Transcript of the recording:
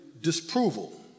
disapproval